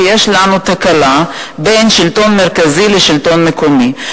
שיש לנו תקלה בין השלטון המרכזי לשלטון המקומי.